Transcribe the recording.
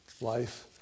life